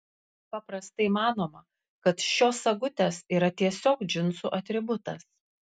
paprastai manoma kad šios sagutės yra tiesiog džinsų atributas